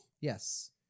Yes